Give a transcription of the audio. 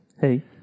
Hey